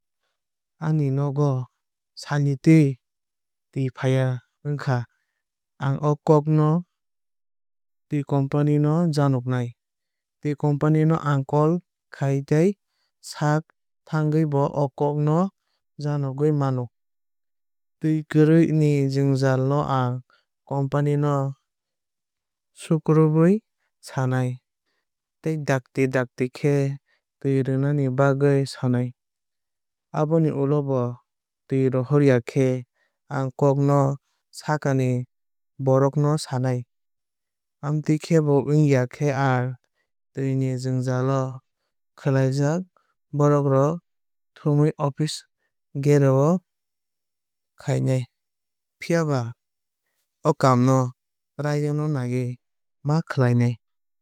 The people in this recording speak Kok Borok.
Ani nogo salnwui twui faiya wngkhe ang o kok twui company no janoknai. Twui company no ang call khlai tei sak thagwui bo o kok no janogwui mano. Twui kwrwui ni jwngjal no ang company no sukrubwui sanai. Tei dakti dakti khe twui rwnani bagwhui sanai. Aboni ulo bo twui rohorya khe ang kok no saka ni borok no sanai. Amtwui khe bo wngya khe ang twui ni jwngjal o kwlaijak borok rok thumui office gherao khainai. Phiaba o kaam no raida no naiwui ma khainani.